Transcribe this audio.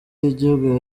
y’igihugu